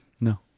No